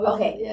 Okay